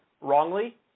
wrongly